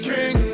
King